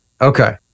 Okay